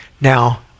now